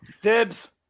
Dibs